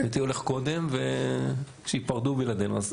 הייתי הולך קודם, ושייפרדו בלעדינו.